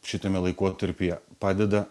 šitame laikotarpyje padeda